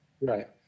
Right